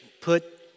put